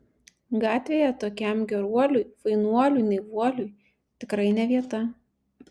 gatvėje tokiam geruoliui fainuoliui naivuoliui tikrai ne vieta